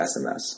SMS